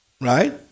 Right